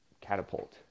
catapult